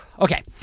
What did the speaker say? Okay